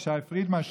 ישי פרידמן,